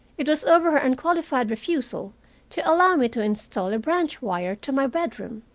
it was over her unqualified refusal to allow me to install a branch wire to my bedroom.